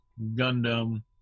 Gundam